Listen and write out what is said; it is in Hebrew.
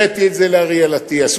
הראיתי את זה לאריאל לאטיאס,